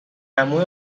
عمو